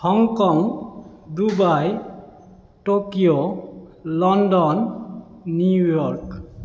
Hong Kong Dubai Tokyo London New York